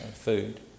food